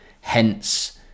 hence